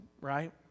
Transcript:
right